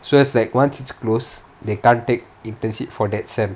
so it's like once it's close they can't take internship for that semester